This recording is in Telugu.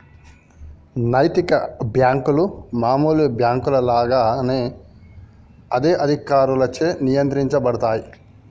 నైతిక బ్యేంకులు మామూలు బ్యేంకుల లాగా అదే అధికారులచే నియంత్రించబడతయ్